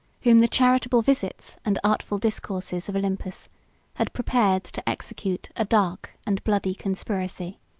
whom the charitable visits, and artful discourses, of olympius had prepared to execute a dark and bloody conspiracy.